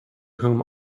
whom